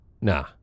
Nah